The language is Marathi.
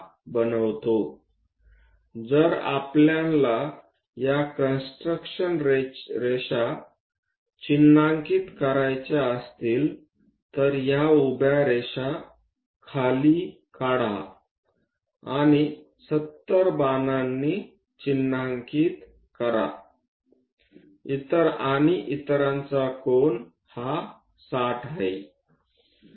जर आपल्याला या कॉन्स्ट्रूक्शन रेषा चिन्हांकित करायच्या असतील तर या उभ्या रेषा खाली काढा आणि 70 बाणांनी चिन्हांकित करा आणि इतरांचा कोन हा 60 आहे